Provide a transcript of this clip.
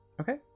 Okay